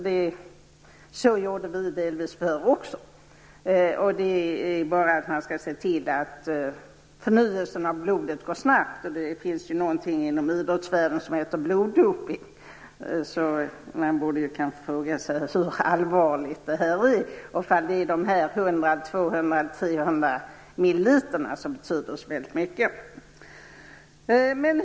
Förr gjorde vi delvis också så. Förnyelsen av blodet går snabbt. Det finns ju någonting inom idrottsvärlden som heter bloddopning. Man borde kanske fråga sig hur allvarligt det här är, och om det är de här 100, 200 eller 300 mililitrarna som betyder så väldigt mycket.